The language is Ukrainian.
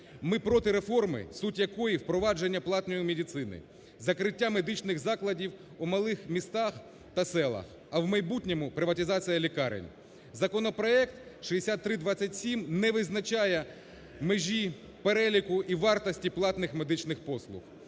Ми проти реформи, суть якої в провадженні платної медицини, закриття медичних закладів у малих містах та селах, а в майбутньому – приватизації лікарень. Законопроект 6327 не визначає межі переліку і вартості платних медичних послуг.